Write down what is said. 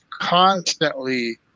constantly